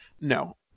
No